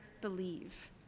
believe